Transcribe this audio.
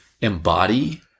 embody